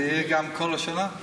זה יהיה גם כל השנה?